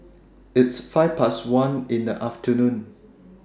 its five Past one in The afternoon